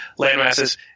landmasses